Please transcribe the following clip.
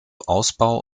ausbau